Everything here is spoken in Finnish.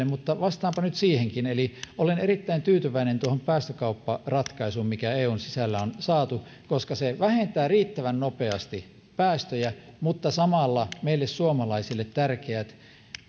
mutta vastaanpa nyt siihenkin eli olen erittäin tyytyväinen tuohon päästökaupparatkaisuun mikä eun sisällä on saatu koska se vähentää riittävän nopeasti päästöjä mutta samalla meille suomalaisille tärkeät